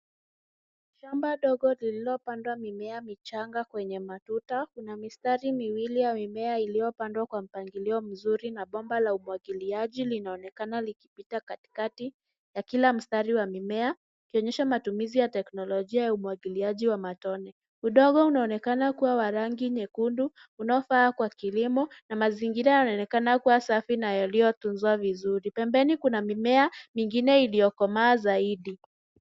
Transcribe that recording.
Shamba ndogo lililopandwa mimea michanga kwenye matuta na mistari miwili ya mimea iliyopandwa kwa mpangilio mzuri na bomba la umwagiliaji linaonekana likipita katikati ya kila mstari wa mimea ikionyesha matumizi ya teknolojia ya umwagiliaji wa matone. Udongo unaonekana kuwa wa rangi nyekundu unaofaa kwa kilimo na mazingira yanaonekana kuwa safi na yaliyotunzwa vizuri. Pembeni kuna mimea mingine iliyokomaa zaidi.